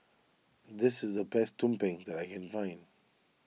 this is the best Tumpeng that I can find